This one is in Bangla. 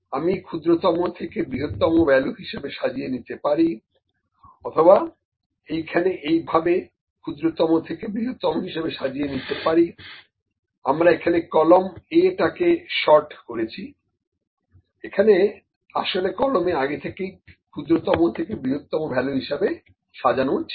আমি ক্ষুদ্রতম থেকে বৃহত্তম ভ্যালু হিসেবে সাজিয়ে নিতে পারি অথবা এখানে এইভাবে ক্ষুদ্রতম থেকে বৃহত্তম হিসেবে সাজিয়ে নিতে পারি আমরা এখানে কলাম A টাকে সর্ট করেছিএখানে আসলে কলাম A আগে থেকেই ক্ষুদ্রতম থেকে বৃহত্তম ভ্যালু হিসেবে সাজানো ছিল